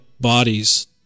bodies